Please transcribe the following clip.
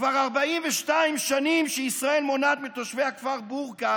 כבר 42 שנים שישראל מונעת מתושבי הכפר בורקה